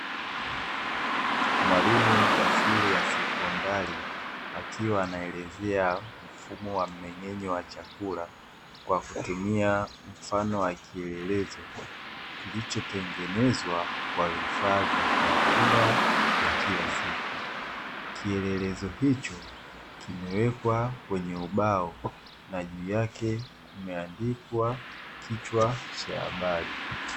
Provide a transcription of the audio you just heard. Mwalimu wa shule ya sekondari, akiwa anaelezea mfumo wa umeng'enyaji wa chakula kwa kutumia mfano wa kielelezo kilicho tengenezwa kwa vifaa vya kawaida vya kila siku. Kielelezo hicho kimewekwa kwenye ubao na juu yake kumeandikwa kichwa cha habari.